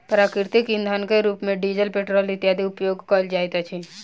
प्राकृतिक इंधनक रूप मे डीजल, पेट्रोल इत्यादिक उपयोग कयल जाइत अछि